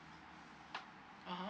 (uh huh)